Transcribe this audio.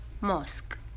mosque